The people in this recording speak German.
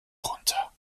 runter